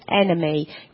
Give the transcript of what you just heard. enemy